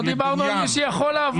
לא דיברנו על מי שיכול לעבוד,